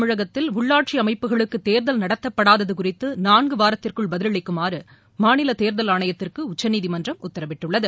தமிழகத்தில் உள்ளாட்சி அமைப்புகளுக்கு தேர்தல் நடத்தப்படாதது குறித்து நான்கு வாரத்திற்குள் பதில் அளிக்குமாறு மாநில தேர்தல் ஆணையத்திற்கு உச்சநீதிமன்றம் உத்தரவிட்டுள்ளது